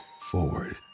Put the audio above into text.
forward